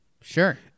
Sure